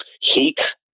heat